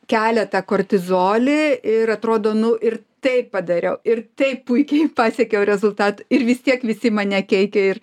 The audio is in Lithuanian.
kelia tą kortizolį ir atrodo nu ir taip padariau ir taip puikiai pasiekiau rezultatą ir vis tiek visi mane keikia ir